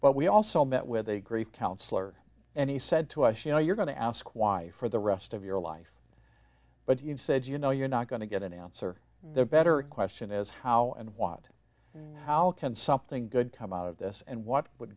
but we also met with a grief counsellor and he said to us you know you're going to ask why for the rest of your life but you said you know you're not going to get an answer the better question is how and why not how can something good come out of this and what would